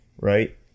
right